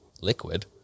liquid